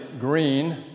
green